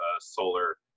solar